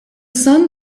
sun